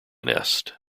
nest